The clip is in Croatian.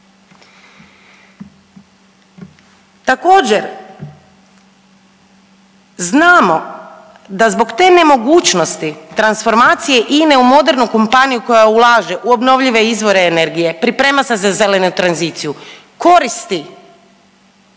Također znamo da zbog te nemogućnosti transformacije INA-e u modernu kompaniju koja ulaže u obnovljive izvore energije, priprema se za zelenu tranziciju koristi